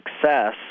success